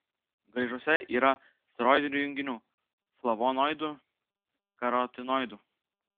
graižuose yra steroidinių junginių flavonoidų karotinoidų